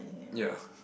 ya